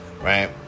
right